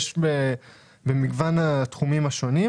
האם אפשר להבין מהמשרד עד כמה מרוצים מהתכנית,